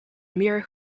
amir